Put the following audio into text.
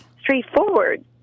straightforward